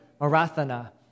Marathana